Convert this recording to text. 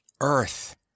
Earth